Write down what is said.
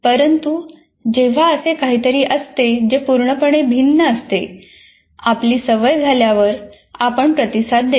परंतु जेव्हा असे काहीतरी असते जे पूर्णपणे भिन्न असते आपली सवय झाल्यावर आपण प्रतिसाद देतो